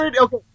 Okay